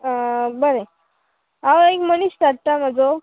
आं बरें हांव एक मनीस धाडटा म्हाजो